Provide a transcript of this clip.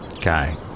guy